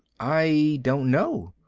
i don't know.